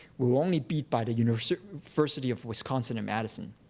we're only beat by the university university of wisconsin-madison.